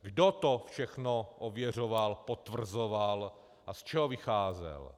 Kdo to všechno ověřoval, potvrzoval a z čeho vycházel?